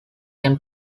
can